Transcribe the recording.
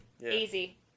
Easy